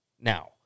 Now